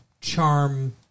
charm